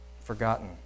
Forgotten